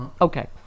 Okay